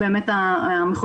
אני אומר,